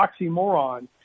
oxymoron